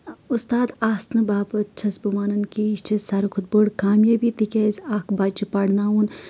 اُستاد آسنہٕ باپَتھ چھَس بہٕ وَنان کہِ یہِ چھِ ساروی کھۄتہٕ بٔڑ کامیٲبی تِکیازِ اکھ بَچہٕ پَرناوُن